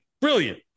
Brilliant